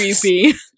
creepy